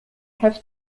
have